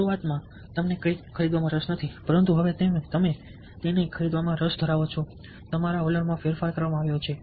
શરૂઆતમાં તમને કંઈક ખરીદવામાં રસ નથી પરંતુ હવે તમે તેને ખરીદવામાં રસ ધરાવો છો તમારા વલણમાં ફેરફાર કરવામાં આવ્યો છે